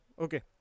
okay